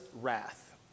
wrath